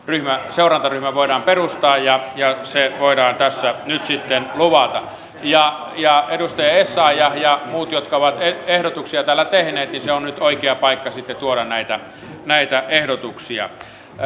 seurantaryhmä voidaan perustaa ja ja se voidaan tässä nyt sitten luvata edustaja essayah ja muut jotka ovat ehdotuksia täällä tehneet se on nyt oikea paikka sitten tuoda näitä näitä ehdotuksia